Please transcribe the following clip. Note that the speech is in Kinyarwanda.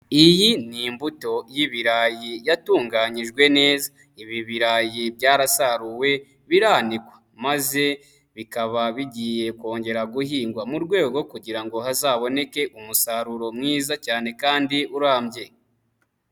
Iyi ni imbuto y'ibirayi yatunganyijwe neza. Ibi birayi byarasaruwe biranikwa maze bikaba bigiye kongera guhingwa mu rwego rwo kugira ngo hazaboneke umusaruro mwiza cyane kandi urambye.